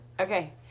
Okay